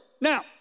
Now